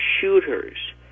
shooters